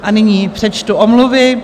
A nyní přečtu omluvy.